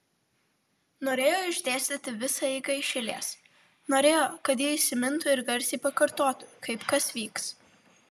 norėjo išdėstyti visą eigą iš eilės norėjo kad ji įsimintų ir garsiai pakartotų kaip kas vyks